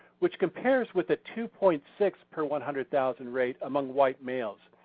which compares with the two point six per one hundred thousand rate among white males.